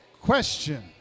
question